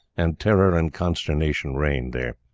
and terror and consternation reigned there.